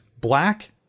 black